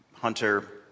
Hunter